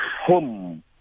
home